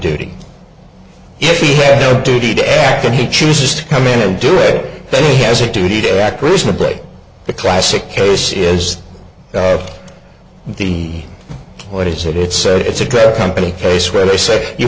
duty is he has no duty to act and he chooses to come in and do it then he has a duty to act reasonably the classic case is the what is it it's said it's a great company case where they say you